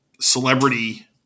celebrity –